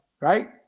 right